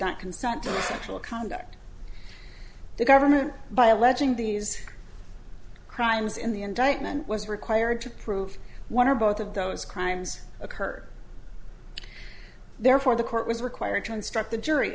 sexual conduct the government by alleging these crimes in the indictment was required to prove one or both of those crimes occurred therefore the court was required to instruct the jury